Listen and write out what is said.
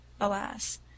alas